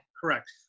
Correct